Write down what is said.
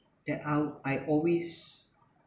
that I I always